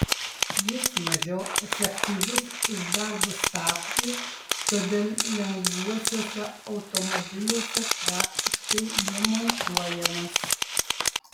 jis mažiau efektyvus už darbo stabdį todėl lengvuosiuose automobiliuose praktiškai nemontuojamas